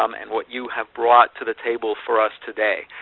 um and what you have brought to the table for us today.